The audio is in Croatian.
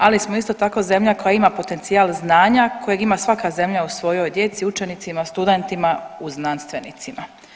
Ali smo isto tako zemlja koja ima potencijal znanja kojeg ima svaka zemlja u svojoj djeci, učenicima, studentima, u znanstvenicima.